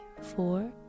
four